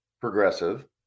progressive